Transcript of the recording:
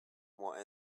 more